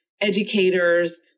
educators